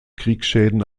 kriegsschäden